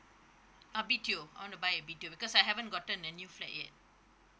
uh B_T_O I want to buy a B_T_O because I haven't gotten a new flat yet